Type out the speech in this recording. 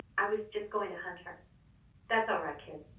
i was just going to hunt her that's all right, kid!